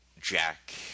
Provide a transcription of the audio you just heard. Jack